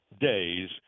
days